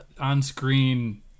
on-screen